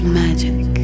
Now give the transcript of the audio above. magic